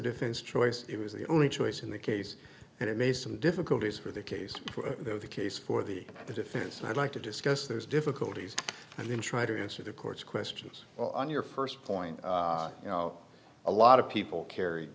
defense choice it was the only choice in the case and it may some difficulties for the case of the case for the defense i'd like to discuss those difficulties and then try to answer the court's questions on your first point you know a lot of people carry